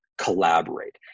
collaborate